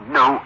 no